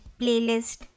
playlist